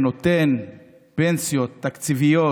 שנותן פנסיות תקציביות